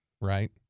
right